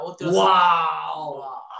wow